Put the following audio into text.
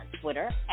Twitter